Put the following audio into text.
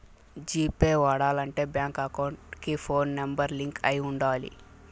G Pay వాడాలంటే bank account కి phone number link అయి ఉండాలి